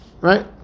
Right